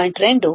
2 3